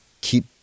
keep